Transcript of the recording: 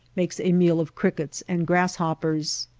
makes a meal of crickets and grass hoppers.